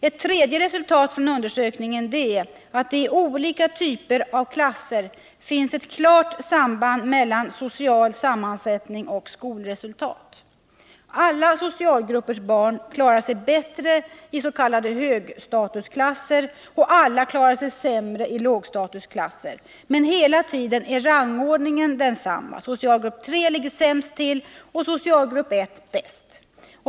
Ett tredje resultat av undersökningen är att det i olika typer av klasser finns ett klart samband mellan social sammansättning och skolresultat. Alla socialgruppers barn klarar sig bättre is.k. högstatusklasser och alla klarar sig sämre i s.k. lågstatusklasser. Hela tiden är emellertid rangordningen densamma. Socialgrupp 3 ligger sämst till och socialgrupp 1 bäst.